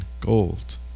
gold